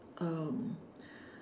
um